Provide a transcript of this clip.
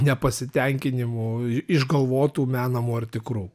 nepasitenkinimų išgalvotų menamų ar tikrų